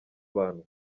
abantu